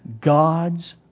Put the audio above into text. God's